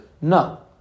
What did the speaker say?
No